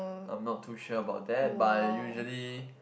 I'm not too sure about that but usually